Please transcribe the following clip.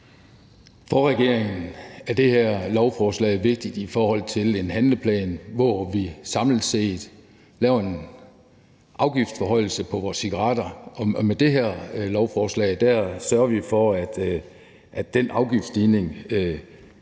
For regeringen er det her lovforslag vigtigt i forhold til en handleplan, hvor vi samlet set laver en afgiftsforhøjelse på cigaretter, og med det her lovforslag sørger vi for, at den afgiftsstigning,